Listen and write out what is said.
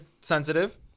sensitive